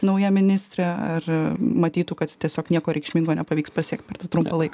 nauja ministrė ar matytų kad tiesiog nieko reikšmingo nepavyks pasiekt per tą trumpą laiką